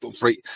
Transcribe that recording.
right